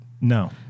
No